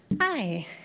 Hi